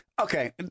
okay